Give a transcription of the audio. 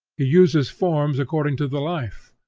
he uses forms according to the life,